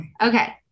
Okay